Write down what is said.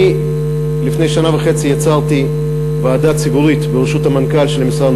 לפני שנה וחצי יצרתי ועדה ציבורית בראשות המנכ"ל של המשרד,